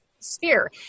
sphere